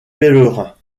pèlerins